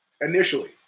initially